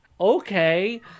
Okay